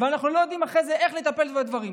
ואנחנו לא יודעים אחרי זה איך לטפל בדברים.